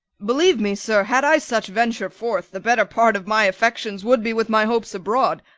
believe me, sir, had i such venture forth, the better part of my affections would be with my hopes abroad.